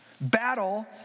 battle